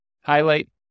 highlight